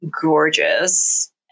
gorgeous